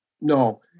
No